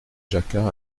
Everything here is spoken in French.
jacquat